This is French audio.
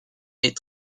est